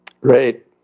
Great